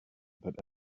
that